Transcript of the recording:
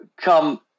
come